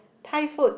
Thai food